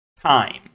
time